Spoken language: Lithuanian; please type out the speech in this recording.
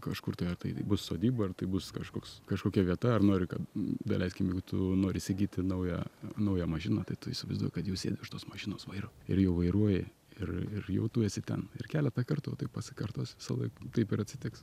kažkur tai ar tai bus sodyba ar tai bus kažkoks kažkokia vieta ar nori kad daleiskim jeigu tu nori įsigyti naują naują mašiną tai tu įsivaizduoji kad jau sėdi už tos mašinos vairo ir jau vairuoji ir ir jau tu esi ten ir keletą kartų va tai pasikartos visąlaik taip ir atsitiks